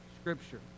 scripture